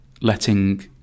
letting